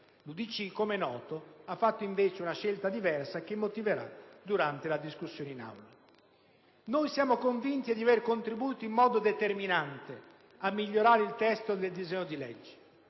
L'UDC, come è noto, ha fatto una scelta diversa, che motiverà durante la discussione in Aula. Noi siamo convinti di aver contribuito in modo determinante a migliorare il testo del disegno di legge.